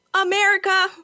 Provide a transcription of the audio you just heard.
America